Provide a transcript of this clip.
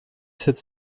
sept